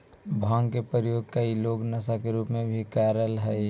भाँग के प्रयोग कई लोग नशा के रूप में भी करऽ हई